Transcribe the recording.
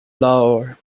lahore